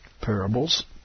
parables